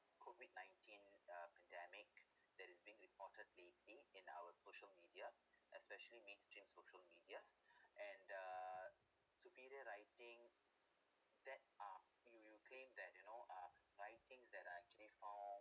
COVID nineteen uh pandemic that is being reportedly daily in our social media especially mainstream social media and uh superior writing that are you you claim that you know uh writing that are actually found